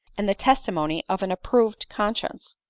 and the testimony of an approving conscience?